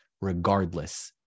regardless